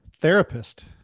therapist